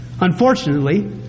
Unfortunately